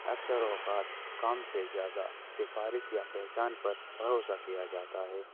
اکثر اوقات کام سے زیادہ سفارش یا پہچان پر بھروسہ کیا جاتا ہے